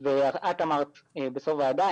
ואת אמרת בסוף הוועדה,